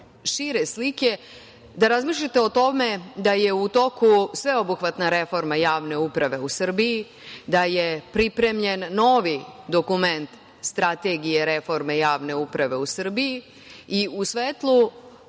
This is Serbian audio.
šire slike, da razmišljate o tome da je u toku sveobuhvatna reforma javne uprave u Srbiji, da je pripremljen novi dokument strategije reforme javne uprave u Srbiji i u svetlu